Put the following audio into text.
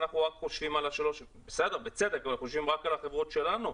אנחנו רק חושבים על החברות שלנו,